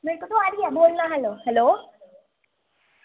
मेरे को तो आ रही है हैलो